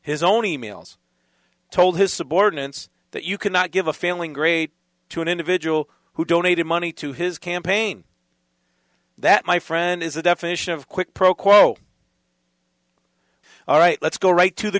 his own e mails told his subordinates that you cannot give a failing grade to an individual who donated money to his campaign that my friend is the definition of quid pro quo all right let's go right to the